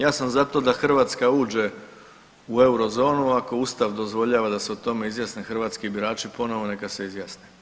Ja sam za to da Hrvatska uđe u Eurozonu ako Ustav dozvoljava da se o tome izjasne hrvatske birači ponovo neka se izjasne.